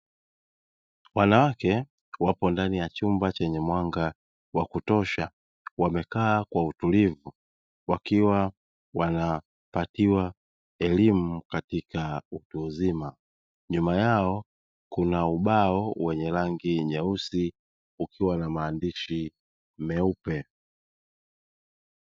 Wanawake wapo ndani ya chumba chenye mwanga wa kutosha, wamekaa kwa utulivu wakiwa wanapatiwa elimu katika utu uzima. Nyuma yao kuna ubao wenye rangi nyeusi ukiwa na maandishi meupe.